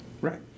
Right